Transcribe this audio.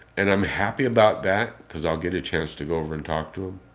and i'm happy about that because i'll get a chance to go over and talk to him